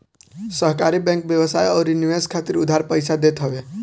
सहकारी बैंक व्यवसाय अउरी निवेश खातिर उधार पईसा देत हवे